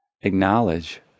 Acknowledge